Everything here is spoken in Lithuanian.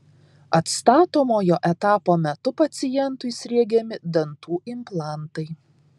atstatomojo etapo metu pacientui sriegiami dantų implantai